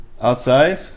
outside